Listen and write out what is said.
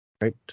right